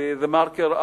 ב"דה-מרקר",